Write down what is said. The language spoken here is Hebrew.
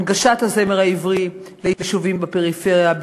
הנגשת הזמר העברי ליישובים בפריפריה,